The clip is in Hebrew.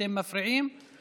אתם מפריעים וצוחקים.